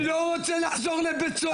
אני לא רוצה לחזור לבית סוהר,